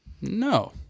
No